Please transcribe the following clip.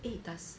eh does